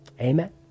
Amen